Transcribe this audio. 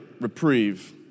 reprieve